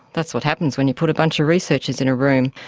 that's what happens when you put a bunch of researchers in a room,